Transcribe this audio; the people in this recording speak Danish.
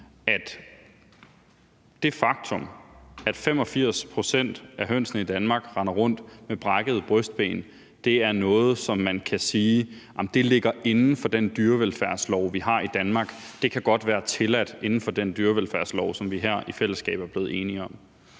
at det faktum, at 85 pct. af hønsene i Danmark render rundt med brækket brystben, er noget, som man kan sige ligger inden for den dyrevelfærdslov, vi har i Danmark, at det godt kan være tilladt inden for den dyrevelfærdslov, som vi her i fællesskab er blevet enige om.